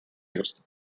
used